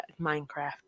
Minecraft